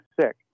sick